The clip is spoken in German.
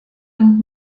und